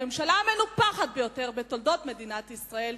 הממשלה המנופחת ביותר בתולדות מדינת ישראל,